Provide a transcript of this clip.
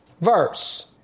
verse